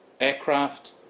aircraft